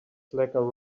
slacker